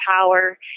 power